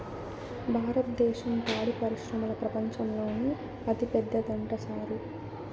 భారద్దేశం పాడి పరిశ్రమల ప్రపంచంలోనే అతిపెద్దదంట సారూ